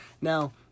Now